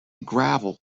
gravel